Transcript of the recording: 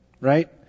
Right